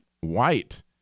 White